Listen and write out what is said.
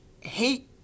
hate